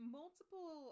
multiple